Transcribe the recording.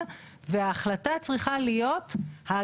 זה התשובה הכי טובה שאתה יכול לקבל ממשרד